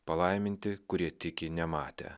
palaiminti kurie tiki nematę